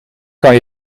kan